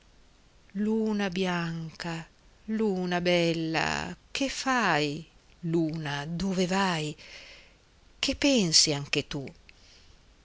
luna bianca luna bella che fai luna dove vai che pensi anche tu